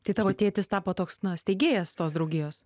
tai tavo tėtis tapo toks na steigėjas tos draugijos